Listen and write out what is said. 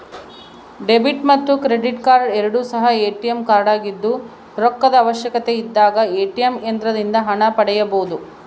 debit ಮತ್ತು credit card ಎರಡು ಸಹ ಎ.ಟಿ.ಎಂ ಕಾರ್ಡಾಗಿದ್ದು ರೊಕ್ಕದ ಅವಶ್ಯಕತೆಯಿದ್ದಾಗ ಎ.ಟಿ.ಎಂ ಯಂತ್ರದಿಂದ ಹಣ ಪಡೆಯಬೊದು